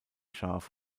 scharf